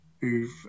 who've